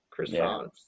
croissants